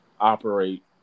operate